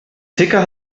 ticker